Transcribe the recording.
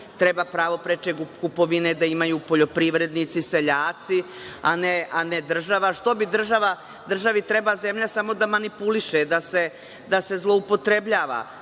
Treba pravo preče kupovine da imaju poljoprivrednici, seljaci, a ne država. Državi treba zemlja samo da manipuliše, da se zloupotrebljava.